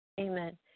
Amen